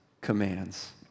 commands